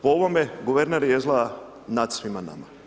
Po ovome guverner je izgleda nad svima nama.